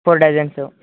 four dozens